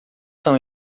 são